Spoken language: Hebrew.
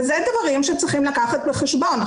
ואלה דברים שצריך לקחת בחשבון.